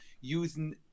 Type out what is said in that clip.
using